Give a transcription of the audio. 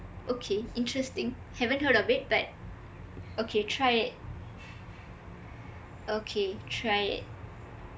okay interesting haven't heard of it but okay try it okay try it